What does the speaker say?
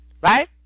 right